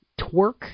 twerk